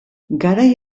garai